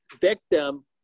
Victim